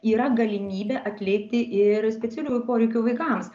yra galimybė atlikti ir specialiųjų poreikių vaikams